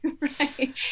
Right